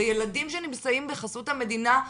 וילדים שנמצאים בחסות המדינה,